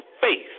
faith